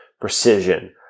precision